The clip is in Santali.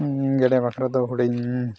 ᱜᱮᱰᱮᱹ ᱵᱟᱠᱷᱨᱟ ᱫᱚ ᱦᱩᱰᱤᱧ